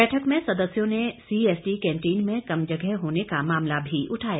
बैठक में सदस्यों ने सीएसडी कैंटीन में कम जगह होने का मामला भी उठाया